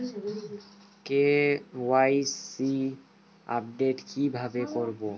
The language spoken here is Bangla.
কে.ওয়াই.সি আপডেট কি ভাবে করবো?